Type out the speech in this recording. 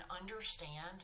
understand